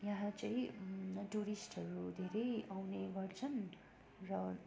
यहाँ चाहिँ टुरिस्टहरू धेरै आउने गर्छन् र